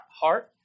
heart